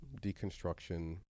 deconstruction